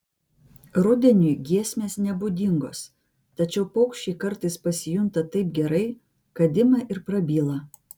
rudeniui giesmės nebūdingos tačiau paukščiai kartais pasijunta taip gerai kad ima ir prabyla